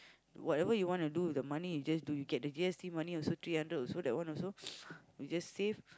whatever you want to do with the money you just do you get the G_S_T money also three hundred also that one also you just save